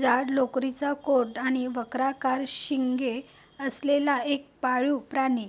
जाड लोकरीचा कोट आणि वक्राकार शिंगे असलेला एक पाळीव प्राणी